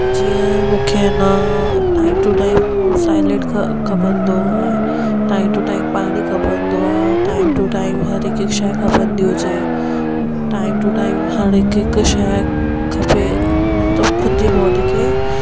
जीअं मूंखे अना टाइम टू टाइम साइलेंट खपंदो आहे टाइम टू टाइम पाणी खपंदो आहे टाइम टू हर हिकु हिकु शइ खपंदी हुजे टाइम टू टाइम हर हिकु शै खपे मुंहिंजी बॉडी खे